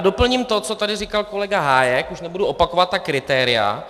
Doplním to, co tady říkal kolega Hájek, už nebudu opakovat ta kritéria.